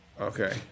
Okay